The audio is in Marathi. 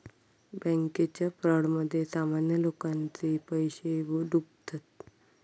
बॅन्केच्या फ्रॉडमध्ये सामान्य लोकांचे पैशे डुबतत